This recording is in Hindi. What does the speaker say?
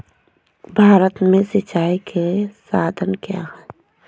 भारत में सिंचाई के साधन क्या है?